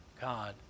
God